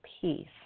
peace